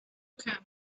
camel